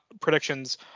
predictions